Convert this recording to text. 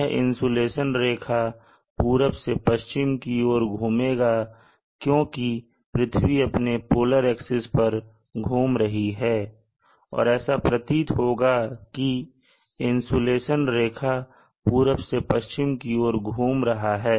यह इंसुलेशन रेखा पूरब से पश्चिम की ओर घूमेगा क्योंकि पृथ्वी अपने पोलर एक्सिस पर घूम रही है और ऐसा प्रतीत होगा की इंसुलेशन रेखा पूरब से पश्चिम की ओर घूम रहा है